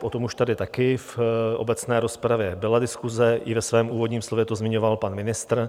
O tom už tady také v obecné rozpravě byla diskuse, ve svém úvodním slově to zmiňoval i pan ministr.